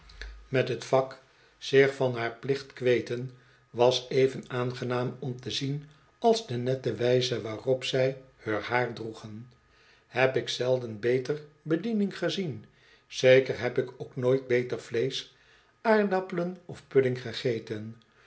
zich van haar plicht kweten was even aangenaam om te zien als de nette wijze waarop zij heur haar droegen heb ik zelden beter bediening gezien zeker heb ik ook nooit beter vleesch aardappelen of pudding gegeten